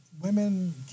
women